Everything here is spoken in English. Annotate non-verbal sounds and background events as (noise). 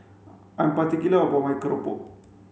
(noise) I'm particular about my keropok